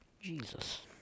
Jesus